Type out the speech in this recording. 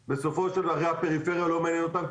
בסופו של דבר הפריפריה לא מעניינת אותם,